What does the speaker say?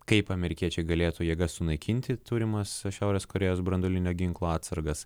kaip amerikiečiai galėtų jėga sunaikinti turimas šiaurės korėjos branduolinio ginklo atsargas